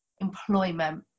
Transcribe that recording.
employment